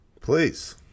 please